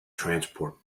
transport